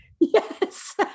Yes